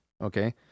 Okay